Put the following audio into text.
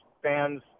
fans